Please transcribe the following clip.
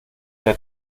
der